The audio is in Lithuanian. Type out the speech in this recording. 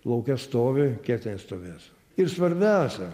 lauke stovi kiek ten stovės ir svarbiausia